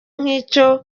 nk’icyo